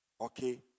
Okay